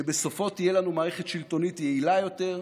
שבסופו תהיה לנו מערכת שלטונית יעילה יותר,